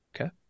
Okay